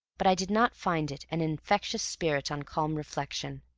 but i did not find it an infectious spirit on calm reflection.